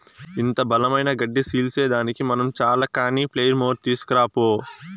ఇంత బలమైన గడ్డి సీల్సేదానికి మనం చాల కానీ ప్లెయిర్ మోర్ తీస్కరా పో